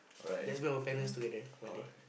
let's go bring our parents together one day